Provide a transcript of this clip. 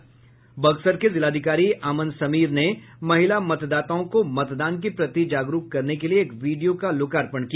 बक्सर के जिलाधिकारी अमन समीर ने महिला मतदाताओं को मतदान के प्रति जागरूक करने के लिए एक विडियो का लोकार्पण किया